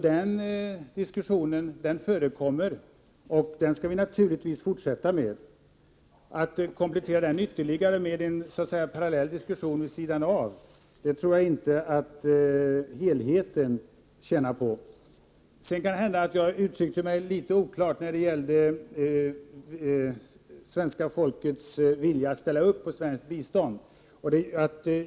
Den diskussionen förekommer alltså och den skall vi naturligtvis fortsätta med. Att komplettera diskussionen med en parallell debatt tror jag inte är till gagn för helheten. Det kan hända att jag uttryckte mig litet oklart när det gällde svenska folkets vilja att ställa upp på svenskt bistånd.